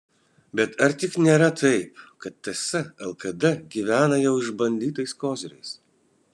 bet ar tik nėra taip kad ts lkd gyvena jau išbandytais koziriais